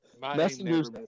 Messengers